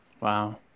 Wow